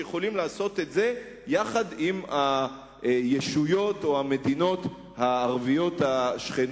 שיכולים לעשות את זה עם הישויות או עם המדינות הערביות השכנות,